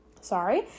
sorry